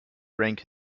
rank